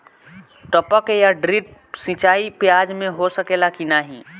टपक या ड्रिप सिंचाई प्याज में हो सकेला की नाही?